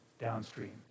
downstream